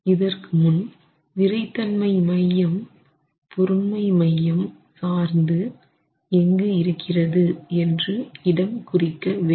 இதற்கு முன் விறைத்தன்மை மையம் பொருண்மை மையம் சார்ந்து எங்கு இருக்கிறது என்று இடம் குறிக்கவேண்டும்